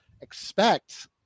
expect